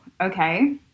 okay